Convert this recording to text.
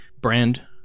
brand